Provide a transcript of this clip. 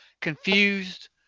confused